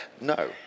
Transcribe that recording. no